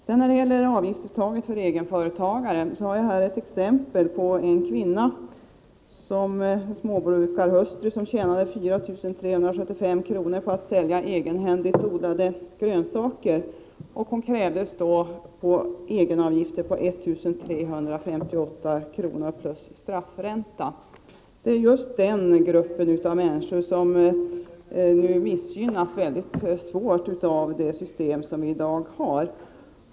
När det sedan gäller avgiftsuttaget för egenföretagare kan jag som exempel nämna en kvinna, en småbrukarhustru, som tjänade 4 375 kr. på att sälja egenhändigt odlade grönsaker. Hon krävdes på egenavgifter om 1 358 kr. plus sstraffränta. Det är just den gruppen av människor som missgynnas starkt av det system vi i dag har.